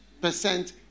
percent